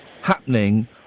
happening